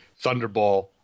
Thunderball